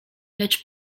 lecz